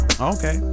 Okay